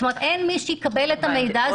אין מי שיקבל את המידע הזה.